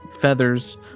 feathers